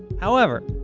however,